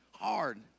hard